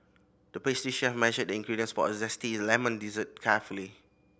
the pastry chef measured the ingredients for a zesty lemon dessert carefully